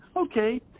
Okay